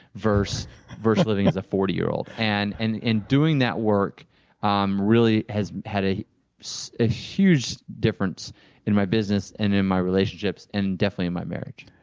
versus versus living as a forty year old. and and in doing that work um really has had a so a huge difference in my business, and in my relationships, and definitely in my marriage.